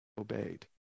obeyed